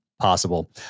possible